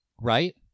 right